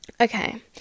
okay